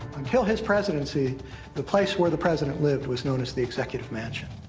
until his presidency the place where the president lived was known as the executive mansion.